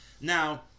now